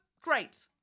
Great